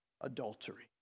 adultery